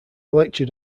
lectured